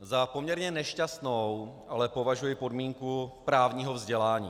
Za poměrně nešťastnou ale považuji podmínku právního vzdělání.